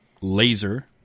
Laser